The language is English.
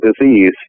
disease